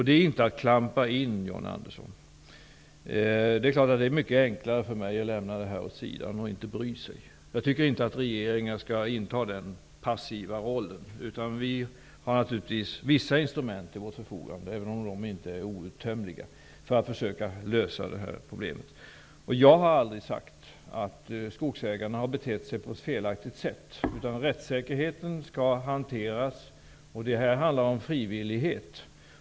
Det är inte att klampa in, John Det vore mycket enklare för mig att lämna detta åt sidan och inte bry mig om det. Jag tycker inte att regeringen skall inta den passiva hållningen. Vi har naturligtvis vissa resurser till vårt förfogande, även om de inte är outtömliga, för att försöka lösa detta problem. Jag har aldrig sagt att skogsägarna har betett sig på ett felaktigt sätt. Rättsäkerheten skall respekteras. Detta handlar om frivillighet.